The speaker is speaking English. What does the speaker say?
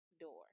door